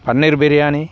paneer biryani